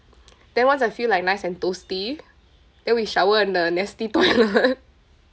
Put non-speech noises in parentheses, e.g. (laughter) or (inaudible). (noise) then once I feel like nice and toasty then we shower in the nasty toilet (laughs)